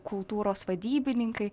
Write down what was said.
kultūros vadybininkai